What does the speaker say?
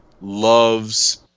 loves